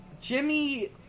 Jimmy